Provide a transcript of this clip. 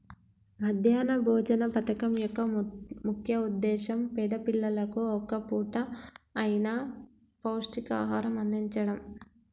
మధ్యాహ్న భోజన పథకం యొక్క ముఖ్య ఉద్దేశ్యం పేద పిల్లలకు ఒక్క పూట అయిన పౌష్టికాహారం అందిచడం